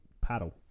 paddle